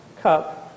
cup